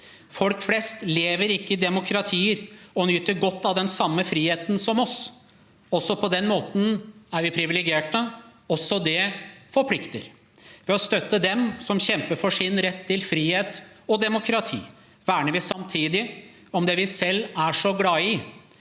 Folk flest lever ikke i demokratier og nyter godt av den samme friheten som oss. Også på den måten er vi privilegerte. Også det forplikter. Ved å støtte dem som kjemper for sin rett til frihet og demokrati, verner vi samtidig om det vi selv er så glad i,